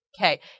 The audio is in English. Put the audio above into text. Okay